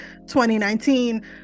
2019